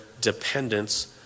dependence